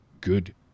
good